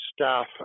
staff